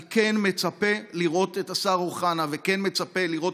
אני כן מצפה לראות את השר אוחנה וכן מצפה לראות